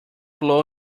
blow